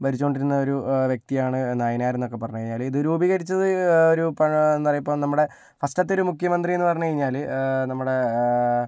ഭരിച്ചുകൊണ്ടിരുന്ന ഒരു വ്യക്തിയാണ് നയനാരെന്നൊക്കെ പറഞ്ഞു കഴിഞ്ഞാൽ ഇത് രൂപീകരിച്ചത് ഒരു എന്താ പറയുക ഇപ്പോൾ നമ്മുടെ ഫസ്റ്റത്തെ ഒരു മുഖ്യമന്ത്രിയെന്ന് പറഞ്ഞു കഴിഞ്ഞാൽ നമ്മുടെ